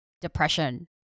depression